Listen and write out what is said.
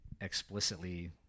explicitly